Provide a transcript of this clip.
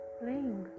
playing